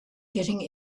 getting